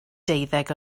deuddeg